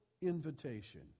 invitation